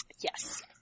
Yes